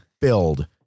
build